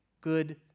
good